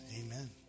amen